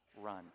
run